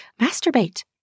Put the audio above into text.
Masturbate